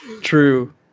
True